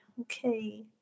okay